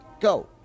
go